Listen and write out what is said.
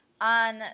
on